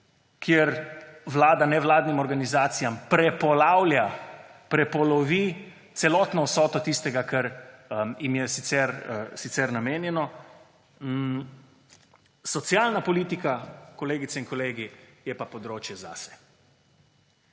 kjer Vlada nevladnim organizacijam prepolovi celotno vsoto tistega, kar jim je sicer namenjeno. Socialna politika, kolegice in kolegi, je pa področje zase.